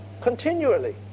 Continually